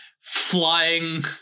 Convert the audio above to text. flying